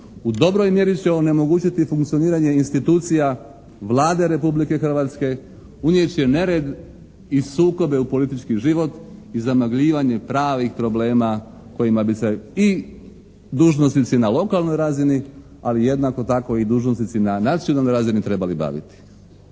U dobro mjeri će onemogućiti funkcioniranje institucija Vlade Republike Hrvatske. Unijet će nered i sukobe u politički život i zamagljivanje pravih problema kojima bi se i dužnosnici na lokalnoj razini ali jednako tako i dužnosnici na nacionalnoj razini trebali baviti.